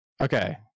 Okay